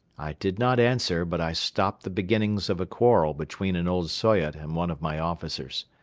i did not answer but i stopped the beginnings of a quarrel between an old soyot and one of my officers.